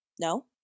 no